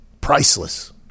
priceless